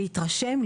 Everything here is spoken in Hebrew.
להתרשם,